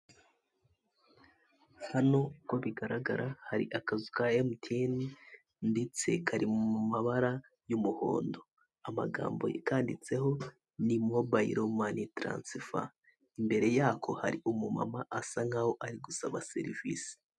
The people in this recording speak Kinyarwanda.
Hano uko bigaragara hari akazu ka MTN ndetse kari mu mabara y'umuhondo, amagambo akanditseho ni mobile money transfer, imbere yako hari umumama asa nkaho ari gusaba serivisi.